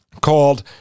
called